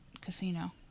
casino